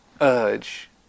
urge